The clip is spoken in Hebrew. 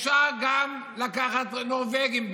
אפשר גם לקחת נורבגים במרצ,